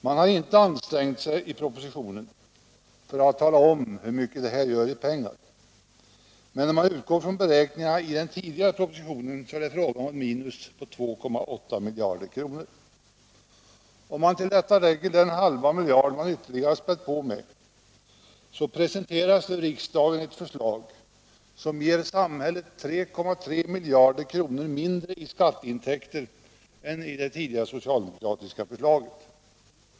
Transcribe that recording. Man har i propositionen inte ansträngt sig att tala om hur mycket det här gör i pengar. Men utgår vi från beräkningarna i den tidigare propositionen, blir det fråga om ett minus på 2,8 miljarder kronor. Lägger man till detta den halva miljard som man ytterligare har spätt på med, presenteras i riksdagen ett förslag som ger samhället 3,3 miljarder kronor mindre i skatteintäkter än det tidigare socialdemokratiska förslaget skulle ha gett.